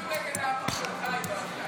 אפילו נגד הערוץ שלך היא לא עשתה את זה.